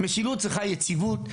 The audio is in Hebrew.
משילות צריכה יציבות,